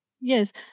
Yes